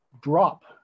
drop